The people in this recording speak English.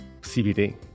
CBD